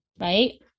right